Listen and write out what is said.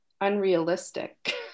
unrealistic